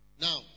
Now